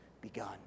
begun